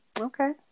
Okay